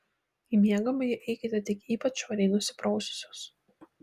į miegamąjį eikite tik ypač švariai nusipraususios